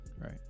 right